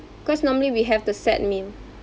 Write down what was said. cause normally we have the set meal